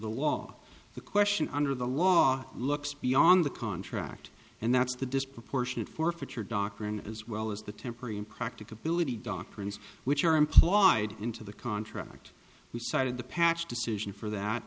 the law the question under the law looks beyond the contract and that's the disproportionate forfeiture doctrine as well as the temporary impracticability doctrines which are implied into the contract you cited the patch decision for that